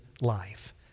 life